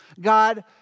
God